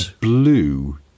blue